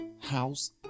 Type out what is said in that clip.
house